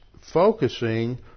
focusing